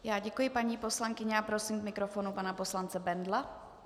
Já děkuji paní poslankyni a prosím k mikrofonu pana poslance Bendla.